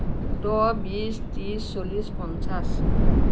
দহ বিশ ত্ৰিছ চল্লিছ পঞ্চাছ